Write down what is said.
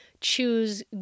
choose